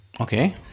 Okay